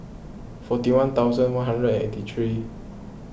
forty one thousand one hundred and eighty three